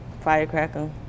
Firecracker